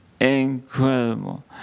incredible